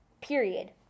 period